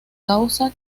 causa